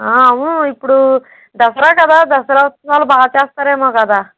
అవును ఇప్పుడు దసరా కదా దసరా ఉత్సవాలు బాగా చేస్తారేమో కదా